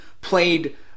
played